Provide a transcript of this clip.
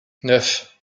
neuf